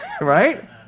right